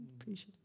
Appreciate